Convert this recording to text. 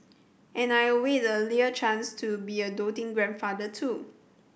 and I await earlier chance to be a doting grandfather too